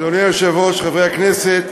אדוני היושב-ראש, חברי הכנסת,